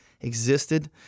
existed